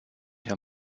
herr